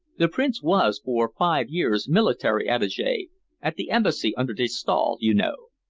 the prince was for five years military attache at the embassy under de staal, you know.